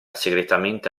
segretamente